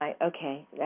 Okay